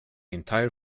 entire